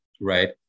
right